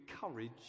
courage